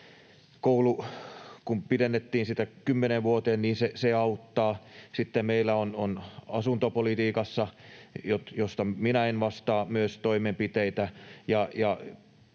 pidennettiin kymmeneen vuoteen, se auttaa. Sitten meillä on asuntopolitiikassa — josta minä en vastaa — myös toimenpiteitä,